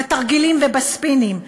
בתרגילים ובספינים.